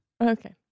Okay